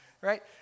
right